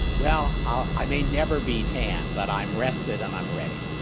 well, i may never be tan, but i'm rested, and i'm ready.